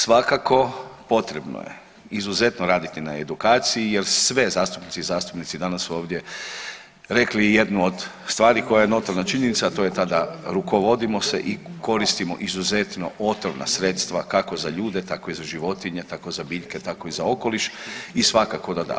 Svakako potrebno je izuzetno raditi na edukaciji, jer sve zastupnice i zastupnici danas ovdje rekli i jednu od stvari koja je notorna činjenica, a to je ta da rukovodimo se i koristimo izuzetno otrovna sredstva kako za ljude, tako i za životinje, tako za biljke, tako i za okoliš i svakako da da.